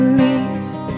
leaves